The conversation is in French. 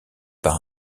par